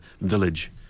village